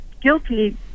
guilty